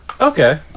Okay